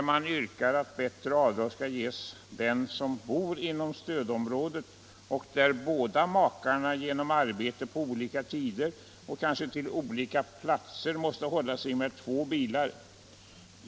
Motionärerna yrkar att bättre avdrag skall ges dem som bor inom stödområdet i de fall då båda makarna på grund av arbete på olika tider och kanske på olika platser måste hålla sig med två bilar.